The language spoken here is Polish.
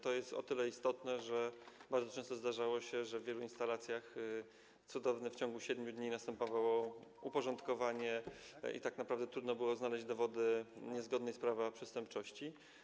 To jest o tyle istotne, że bardzo często zdarzało się, że w wielu instalacjach cudownie w ciągu 7 dni następowało uporządkowanie i tak naprawdę trudno było znaleźć dowody działalności niezgodnej z prawem, przestępczości.